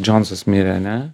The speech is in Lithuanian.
džonsas mirė ane